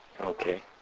Okay